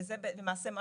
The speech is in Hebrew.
וזה למעשה מה